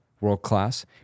world-class